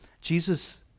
Jesus